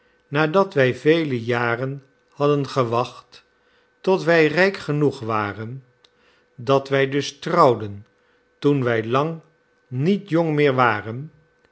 nadat wij vele jaren hadden gewacht tot wij rijk genoeg waren dat wij dus trouwden toen wij lang niet jong meer waren